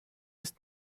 ist